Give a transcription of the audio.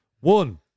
One